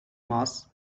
mass